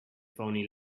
phoney